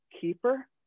keeper